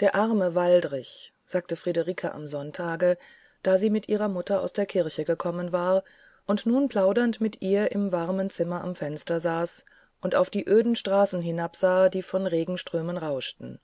der arme waldrich sagte friederike am sonntage da sie mit ihrer mutter aus der kirche gekommen war und nun plaudernd mit ihr im warmen zimmer am fenster saß und auf die öden straßen hinabsah die von regenströmen rauschten